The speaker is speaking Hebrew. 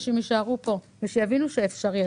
שהם יישארו פה, ויבינו שאפשרי.